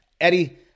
Eddie